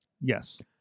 yes